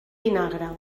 vinagre